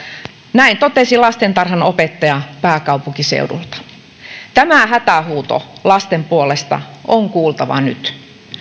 näin totesi lastentarhanopettaja pääkaupunkiseudulta tämä hätähuuto lasten puolesta on kuultava nyt